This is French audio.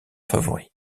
favori